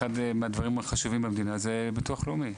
אחד מהדברים החשובים במדינה זה ביטוח לאומי,